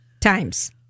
times